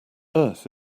earth